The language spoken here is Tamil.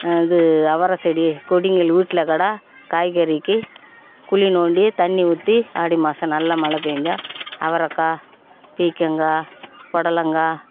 இது அவரை செடி கொடிகள் வீட்டில் கூட காய்கறிக்கு குழி தோண்டி தண்ணி ஊற்றி ஆடி மாசம் நல்லா மழை பேய்ஞ்சா அவரைக்கா பீர்க்கங்கா புடலங்கா